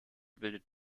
bildet